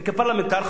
וכפרלמנטר,